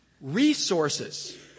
resources